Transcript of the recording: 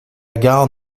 gare